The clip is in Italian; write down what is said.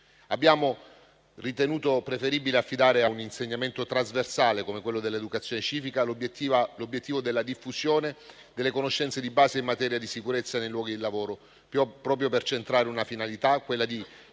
Abbiamo ritenuto preferibile affidare a un insegnamento trasversale come quello dell'educazione civica l'obiettivo della diffusione delle conoscenze di base in materia di sicurezza nei luoghi di lavoro, proprio per centrare la finalità di